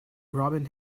robin